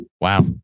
Wow